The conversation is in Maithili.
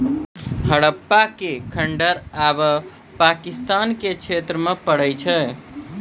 हड़प्पा के खंडहर आब पाकिस्तान के क्षेत्र मे पड़ै छै